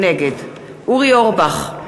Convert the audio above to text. נגד אורי אורבך,